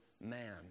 man